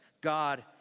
God